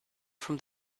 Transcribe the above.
from